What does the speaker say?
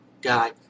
guy